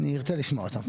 ארצה לשמוע אותם.